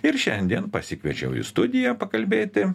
ir šiandien pasikviečiau į studiją pakalbėti